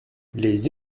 les